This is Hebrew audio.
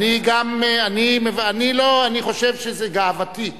אני חושב שזה גאוותי.